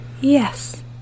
Yes